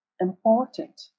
important